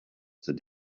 said